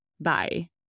Bye